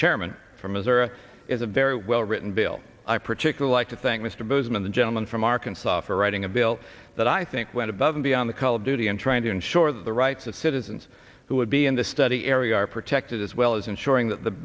chairman from missouri is a very well written bill i particularly like to thank mr bozeman the gentleman from arkansas for writing a bill that i think went above and beyond the call of duty and trying to ensure that the rights of citizens who would be in the study area are protected as well as ensuring that the